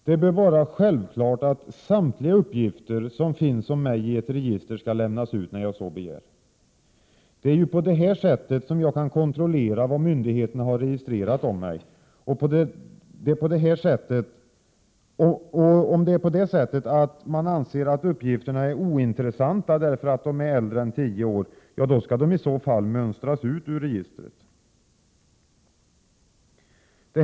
Det bör vara självklart att samtliga uppgifter som finns om mig i ett register skall lämnas ut när jag så begär. Det är ju på det sättet jag kan kontrollera vad myndigheterna har registrerat om mig. Om man anser att uppgifterna är ointressanta därför att de är äldre än tio år, bör de givetvis mönstras ut ur registret. Fru talman!